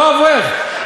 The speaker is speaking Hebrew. כמו אברך,